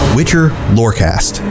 WitcherLoreCast